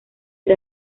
era